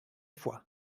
fois